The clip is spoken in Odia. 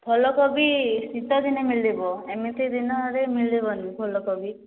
ଫୁଲକୋବି ଶୀତ ଦିନେ ମିଳିବ ଏମିତି ଦିନରେ ମିଳିବନି ଫୁଲକୋବି